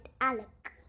Alec